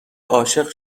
عاشق